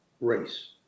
race